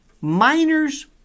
Miners